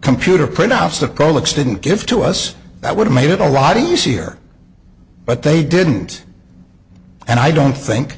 computer printouts the colics didn't give to us that would've made it a lot easier but they didn't and i don't think